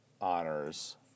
honors